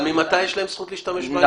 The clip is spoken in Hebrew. אבל ממתי יש להם זכות להשתמש באלימות?